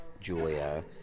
Julia